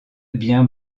bien